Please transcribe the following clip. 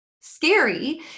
scary